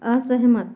असहमत